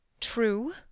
True